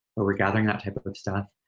where we're gathering that type of of stuff.